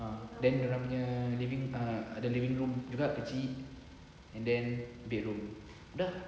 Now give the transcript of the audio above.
ah then dorang nya living ah living room rak kecil and then bedroom dah